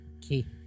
Key